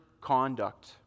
conduct